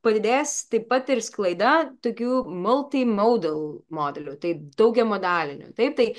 padidės taip pat ir sklaida tokių multi model modelių taip daugiamodalinių taip tai